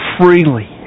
freely